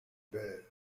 bare